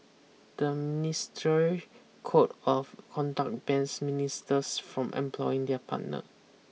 the ministerial code of conduct bans ministers from employing their partner